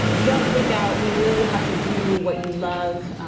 don't freak out! you really have to do what you love.